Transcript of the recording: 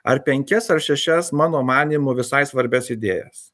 ar penkias ar šešias mano manymu visai svarbias idėjas